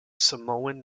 samoan